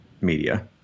media